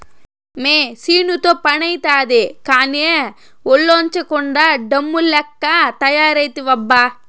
మెసీనుతో పనైతాది కానీ, ఒల్లోంచకుండా డమ్ము లెక్క తయారైతివబ్బా